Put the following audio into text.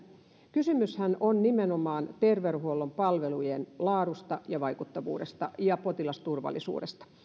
kysymyshän on nimenomaan terveydenhuollon palvelujen laadusta ja vaikuttavuudesta ja potilasturvallisuudesta